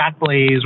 Backblaze